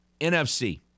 NFC